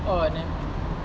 oh then